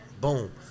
Boom